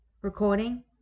Recording